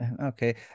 Okay